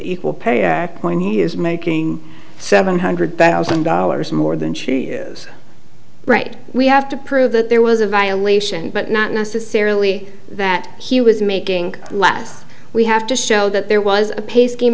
equal pay point he is making seven hundred thousand dollars more than she is right we have to prove that there was a violation but not necessarily that he was making less we have to show that there was a pace scheme